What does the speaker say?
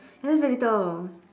ya that's very little